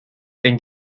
then